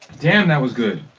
yeah that was good.